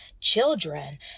children